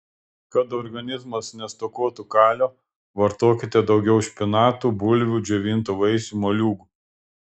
kad organizmas nestokotų kalio vartokite daugiau špinatų bulvių džiovintų vaisių moliūgų